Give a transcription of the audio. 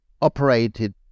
operated